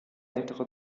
ältere